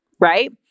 right